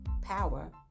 power